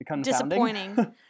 Disappointing